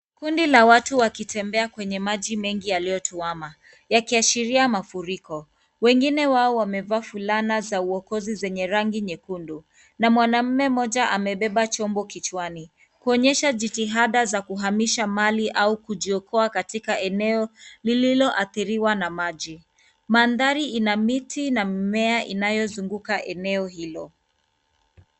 Kundi la watu wakitembea kwenye maji mengi yaliyotuama yakiashiria mafuriko. Wengine wao wamevaa fulana za uokozi zenye rangi nyekundu. Na mwanamume mmoja amebeba chombo kichwani kuonyesha jitihada za kuhamisha mali au kujiokoa katika eneo lililoathiriwa na maji. Mandhari ina miti na mimea inayozunguka eneo hilo.